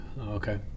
Okay